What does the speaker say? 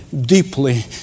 deeply